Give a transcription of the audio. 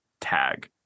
tag